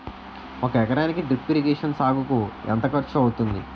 ఒక ఎకరానికి drip irrigation సాగుకు ఎంత ఖర్చు అవుతుంది?